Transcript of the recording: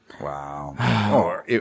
Wow